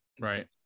Right